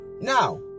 Now